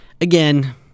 again